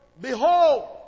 Behold